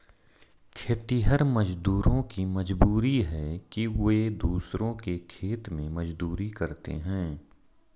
खेतिहर मजदूरों की मजबूरी है कि वे दूसरों के खेत में मजदूरी करते हैं